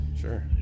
Sure